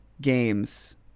games